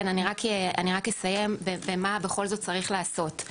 אני רק אסיים במה בכל זאת צריך לעשות.